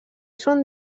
són